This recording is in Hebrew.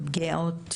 זה קורה גם בנשים.